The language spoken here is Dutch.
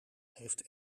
heeft